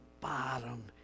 bottom